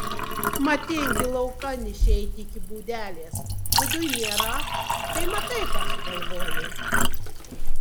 mat tingi laukan išeiti iki būdelės viduj nėra tai matai ką sugalvojo